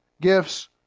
gifts